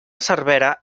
cervera